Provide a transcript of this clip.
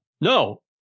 No